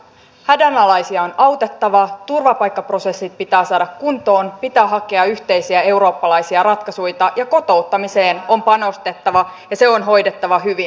hädänalaisia on autettava turvapaikkaprosessit pitää saada kuntoon pitää hakea yhteisiä eurooppalaisia ratkaisuita kotouttamiseen on panostettava ja se on hoidettava hyvin